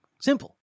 Simple